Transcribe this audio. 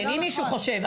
אם מישהו חושב,